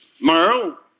Merle